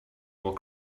more